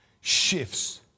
shifts